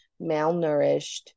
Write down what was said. malnourished